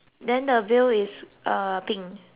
is uh pink